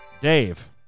Dave